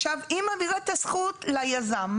עכשיו, היא מעבירה את הזכות ליזם.